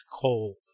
cold